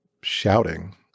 shouting